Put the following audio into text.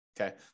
Okay